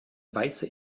weiße